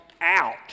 out